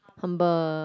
humble